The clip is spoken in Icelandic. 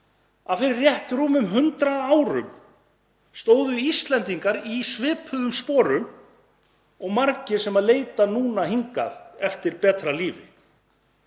fyrir rétt rúmum 100 árum stóðu Íslendingar í svipuðum sporum og margir sem leita nú hingað eftir betra lífi.